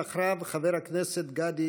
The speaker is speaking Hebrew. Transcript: חבר הכנסת בועז טופורובסקי, בבקשה, אדוני.